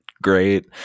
great